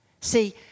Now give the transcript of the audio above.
See